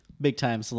big-time